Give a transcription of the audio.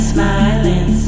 Smiling